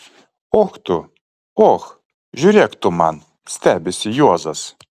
och tu och žiūrėk tu man stebisi juozas